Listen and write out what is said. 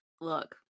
look